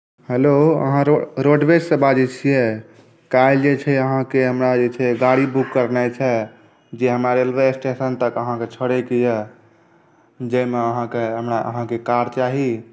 hello अहाँ रोडवेजसँ बाजैत छियै काल्हि जे छै अहाँकेँ हमरा जे छै गाड़ी बुक करनाइ छै जे हमरा रेलवे स्टेशन तक अहाँके छोड़यके यए जाहिमे अहाँकेँ हमरा कार अहाँके चाही